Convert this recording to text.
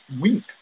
week